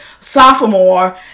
sophomore